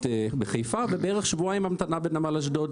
בחיפה ובערך שבועיים המתנה בנמל אשדוד.